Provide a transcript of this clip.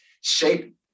shape